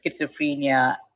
schizophrenia